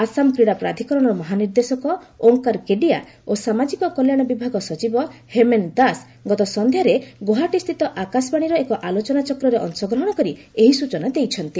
ଆସାମ କ୍ରୀଡ଼ା ପ୍ରାଧିକରଣର ମହାନିର୍ଦ୍ଦେଶକ ଓଙ୍କାର କେଡ଼ିଆ ଓ ସାମାଜିକ କଲ୍ୟାଣ ବିଭାଗ ସଚିବ ହେମେନ ଦାସ ଗତ ସନ୍ଧ୍ୟାରେ ଗୌହାଟୀସ୍ଥିତ ଆକାଶବାଣୀର ଏକ ଆଲୋଚନାଚକ୍ରରେ ଅଂଶଗ୍ରହଣ କରି ଏହି ସ୍ବଚନା ଦେଇଛନ୍ତି